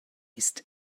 ist